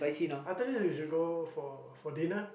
after this we should go for for dinner